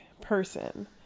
person